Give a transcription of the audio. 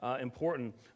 important